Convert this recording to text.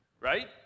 right